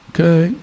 Okay